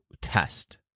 test